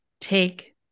take